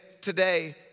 today